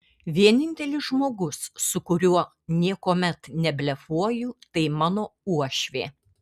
vienintelis žmogus su kuriuo niekuomet neblefuoju tai mano uošvė